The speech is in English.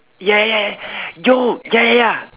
ya ya yo ya ya ya